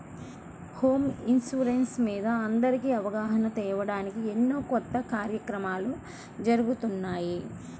home insurance మీద అందరికీ అవగాహన తేవడానికి ఎన్నో కొత్త కార్యక్రమాలు జరుగుతున్నాయి